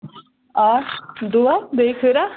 آ دُعا دۄیہِ خٲرا